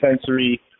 sensory